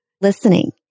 listening